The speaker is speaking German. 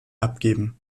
abgeben